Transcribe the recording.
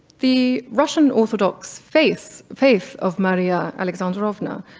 the russian orthodox faith faith of maria alexandrovna,